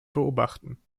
beobachten